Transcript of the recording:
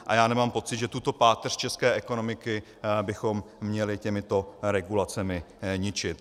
A já nemám pocit, že tuto páteř české ekonomiky bychom měli těmito regulacemi ničit.